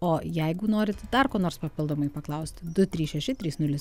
o jeigu norit dar ko nors papildomai paklaust du trys šeši trys nulis